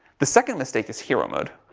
the second mistake is hero mode.